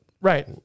Right